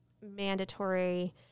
mandatory